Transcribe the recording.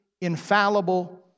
infallible